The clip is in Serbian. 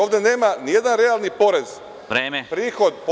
Ovde nema ni jedan realni porez, prihod po